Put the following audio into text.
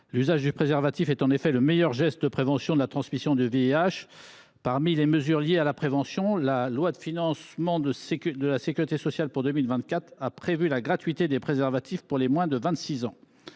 l’usage du préservatif est le meilleur geste pour prévenir la transmission du VIH. Or, parmi d’autres mesures liées à la prévention, la loi de financement de la sécurité sociale (LFSS) pour 2024 a prévu la gratuité des préservatifs pour les moins de 26 ans.